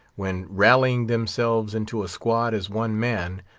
when, rallying themselves into a squad as one man,